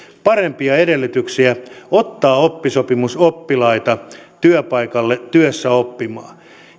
parempia edellytyksiä ottaa oppisopimusoppilaita työpaikalle työssäoppimaan